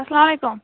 اسلام علیکُم